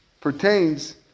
pertains